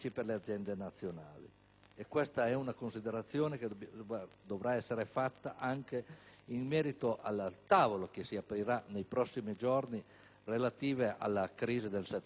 Questa è una considerazione che dovrà essere fatta anche in merito al tavolo che si aprirà nei prossimi giorni sulla crisi del settore automobilistico,